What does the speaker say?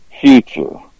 future